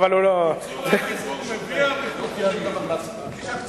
לאריכות, בלי אריכות